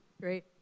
Great